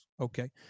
okay